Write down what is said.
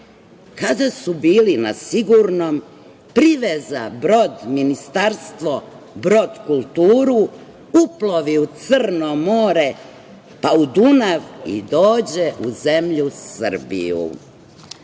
još. Kada su bili na sigurnom, priveza brod ministarstvo brod kulturu, uplovi u Crno more, pa u Dunav i dođe u zemlju Srbiju,